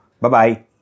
Bye-bye